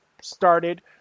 started